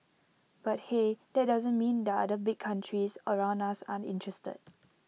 but hey that doesn't mean other big countries around us aren't interested